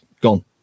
gone